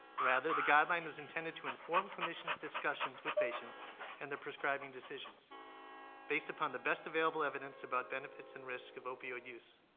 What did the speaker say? rather, the guideline is intended to inform clinicians discussions discussions with patients and their prescribing decisions based upon the best available evidence about benefits and risks of opioid use.